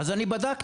אז אני בדקתי,